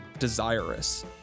Desirous